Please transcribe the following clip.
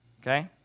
okay